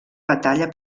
batalla